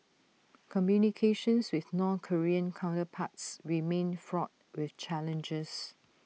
communications with north Korean counterparts remain fraught with challenges